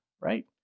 right